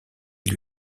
lui